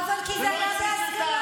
כי זה היה בהסכמה.